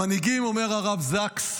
המנהיגים הם המוליכים, אומר הרב זקס.